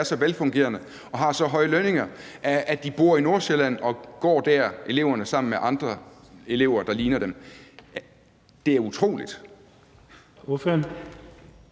er så velfungerende og har så høje lønninger, at eleverne bor i Nordsjælland og går der med andre elever, der ligner dem. Det er utroligt.